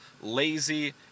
lazy